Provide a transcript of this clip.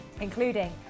including